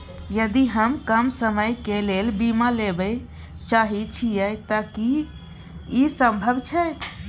यदि हम कम समय के लेल बीमा लेबे चाहे छिये त की इ संभव छै?